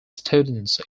students